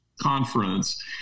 conference